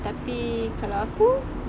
tapi kalau aku